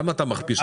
סתם אתה מכפיש אותה.